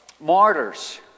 martyrs